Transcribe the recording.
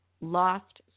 lost